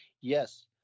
yes